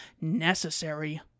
necessary